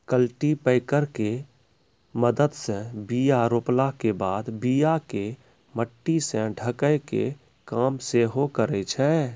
cultipacker के मदत से बीया रोपला के बाद बीया के मट्टी से ढकै के काम सेहो करै छै